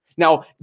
Now